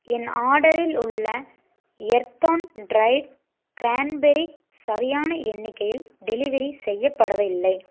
என் ஆர்டரில் உள்ள எர்தோன் டிரைட் க்ரான்பெர்ரி சரியான எண்ணிக்கையில் டெலிவரி செய்யப்படவில்லை